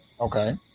Okay